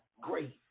great